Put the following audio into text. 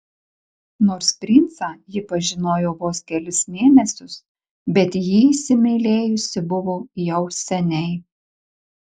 nors princą ji pažinojo vos kelis mėnesius bet jį įsimylėjusi buvo jau seniai